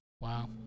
Wow